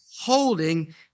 holding